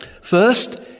first